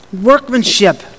workmanship